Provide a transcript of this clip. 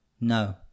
no